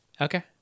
Okay